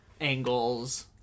angles